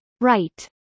right